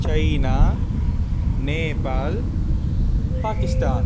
China Nepal Pakistan